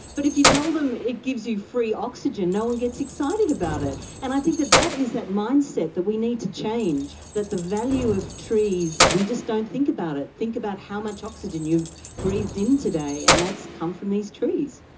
but if you tell them it gives you free oxygen, no one gets excited about it. and i think that that is that mindset that we need to change, that the value of trees, we just don't think about it. think about how much oxygen you've breathed in today and that's come from these trees.